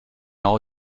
all